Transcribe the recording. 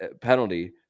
penalty